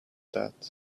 that